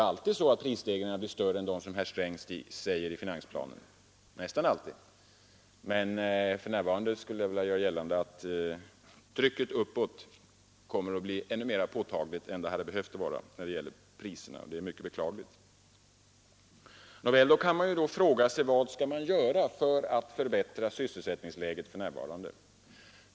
Prisstegringarna blir ju nästan alltid större än vad herr Sträng säger i finansplanen, men för närvarande skulle jag vilja göra gällande att trycket uppåt när det gäller priserna kommer att bli ännu mera påtagligt än det hade behövt vara, och det är mycket beklagligt. Vad skall man då göra för att förbättra sysselsättningsläget för närvarande?